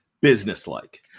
businesslike